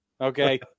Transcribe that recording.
Okay